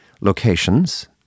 locations